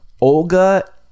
olga